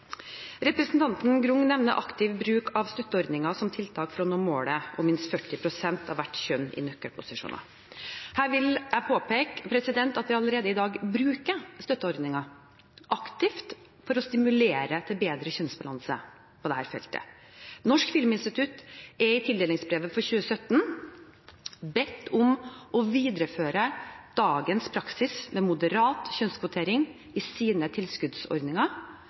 Representanten Grung nevner aktiv bruk av støtteordningene som tiltak for å nå målet om minst 40 pst. av hvert kjønn i nøkkelposisjoner. Her vil jeg påpeke at vi allerede i dag bruker støtteordningene aktivt for å stimulere til bedre kjønnsbalanse på dette feltet. Norsk filminstitutt er i tildelingsbrevet for 2017 bedt om å videreføre dagens praksis med moderat kjønnskvotering i sine tilskuddsordninger.